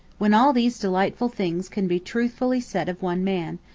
when all these delightful things can be truthfully said of one man,